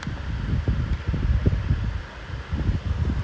what like everybody all the famous people got this kind of பிரச்சனை:pirachanai it's just like